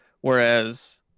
Whereas